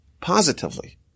positively